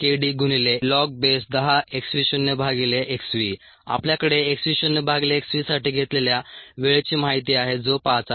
303kd log10 आपल्याकडे x v शून्य भागिले x v साठी घेतलेल्या वेळेची माहिती आहे जो 5 आहे